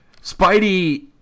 Spidey